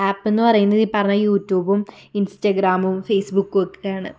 app എന്ന് പറയുന്നത് ഈ പറഞ്ഞ യുട്യൂബും ഇൻസ്റ്റഗ്രാമും ഫേസ്ബുക്കും ഒക്കെയാണ്